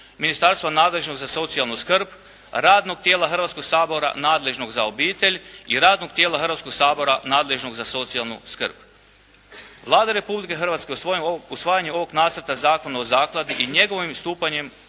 ministarstvo nadležno za socijalnu skrb, radnog tijela Hrvatskog sabora nadležnog za obitelj i radnog tijela Hrvatskog sabora nadležnog za socijalnu skrb. Vlada Republike Hrvatske usvajanje ovog Nacrta zakona o zakladi i njegovim stupanjem